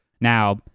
Now-